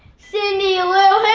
cindy ah